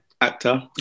actor